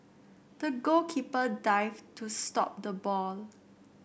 the goalkeeper dived to stop the ball